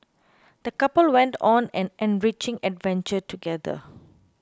the couple went on an enriching adventure together